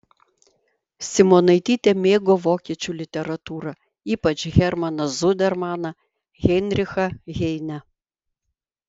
simonaitytė mėgo vokiečių literatūrą ypač hermaną zudermaną heinrichą heinę